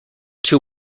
two